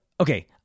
okay